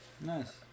Nice